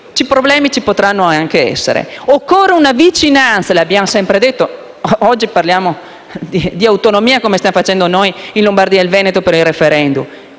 problemi ci potranno essere. Occorre una vicinanza, come abbiamo sempre detto. Oggi parliamo di autonomia, come stiamo facendo noi in Lombardia e in Veneto per il *referendum*,